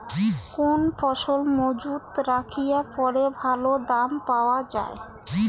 কোন ফসল মুজুত রাখিয়া পরে ভালো দাম পাওয়া যায়?